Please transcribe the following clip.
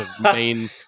main